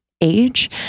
age